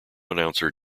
announcer